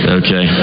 okay